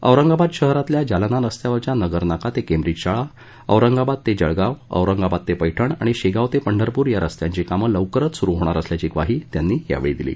औरंगाबाद शहरातल्या जालना रस्त्यावरील नगर नाका ते केंब्रीज शाळा औरंगाबाद ते जळगाव औरंगाबाद ते पैठण आणि शेगाव ते पंढरपूर या रस्त्यांची कामं लवकरच सुरू होणार असल्याची ग्वाही त्यांनी यावेळी दिली